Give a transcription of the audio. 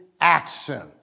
action